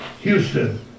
Houston